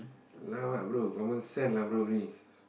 now lah bro confirm send lah bro only